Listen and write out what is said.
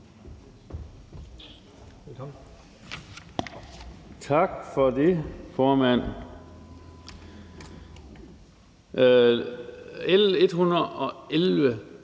Tak for det, formand. L 111